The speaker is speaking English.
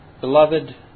Beloved